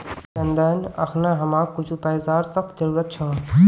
चंदन अखना हमाक कुछू पैसार सख्त जरूरत छ